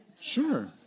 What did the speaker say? Sure